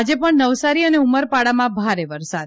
આજે પણ નવસારી અને ઉમરપાડામાં ભારે વરસાદ